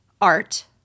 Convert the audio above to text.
art